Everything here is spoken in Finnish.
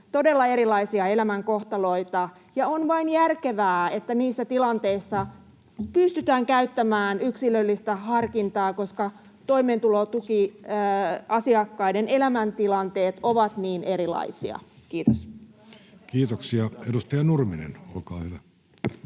todella erilaisia elämänkohtaloita. On vain järkevää, että niissä tilanteissa pystytään käyttämään yksilöllistä harkintaa, koska toimeentulotukiasiakkaiden elämäntilanteet ovat niin erilaisia. — Kiitos. Kiitoksia. —Edustaja Nurminen, olkaa hyvä.